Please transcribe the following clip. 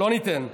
לא ניתן.